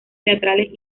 teatrales